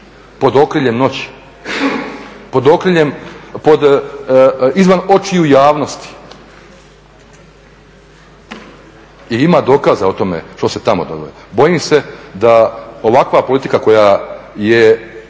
pod okriljem noći, izvan očiju javnosti i ima dokaza o tome što se tamo događa. Bojim se da ovakva politika koja,